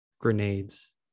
grenades